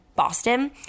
Boston